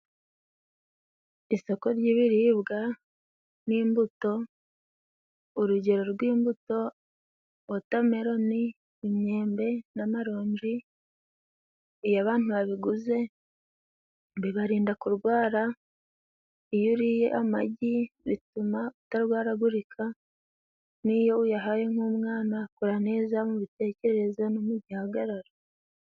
Isoko ry'ibiribwa n'imbuto urugero rw'imbuto wotameloni, imyembe n'amaronji iyo abantu babiguze bibarinda kurwara iyo uriye amagi bituma utarwaragurika n'iyo uyahaye nk'umwana akura neza mu bitekerezo no mu gihagararo.